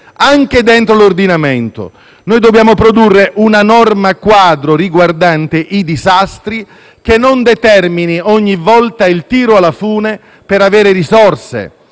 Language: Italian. anche all'interno dell'ordinamento. Noi dobbiamo produrre una norma quadro riguardante i disastri, che non determini ogni volta il tiro alla fune per avere risorse